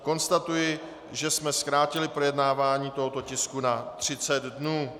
Konstatuji, že jsme zkrátili projednávání tohoto tisku na 30 dnů.